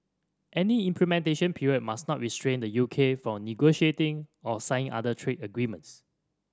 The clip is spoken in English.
any implementation period must not restrain the U K from negotiating or signing other trade agreements